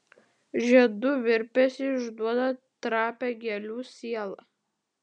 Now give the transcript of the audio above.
žiedų virpesiai išduoda trapią gėlių sielą